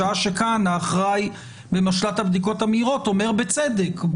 בשעה שכאן האחראי במשל"ט הבדיקות המהירות אומר בצדק,